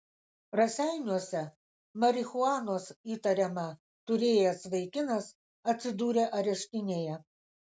raseiniuose marihuanos įtariama turėjęs vaikinas atsidūrė areštinėje